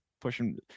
pushing